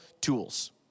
tools